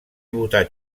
votat